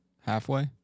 Halfway